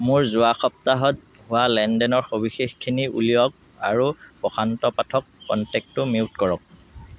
মোৰ যোৱা সপ্তাহত হোৱা লেনদেনৰ সবিশেষখিনি উলিয়াওক আৰু প্ৰশান্ত পাঠক কণ্টেক্টটো মিউট কৰক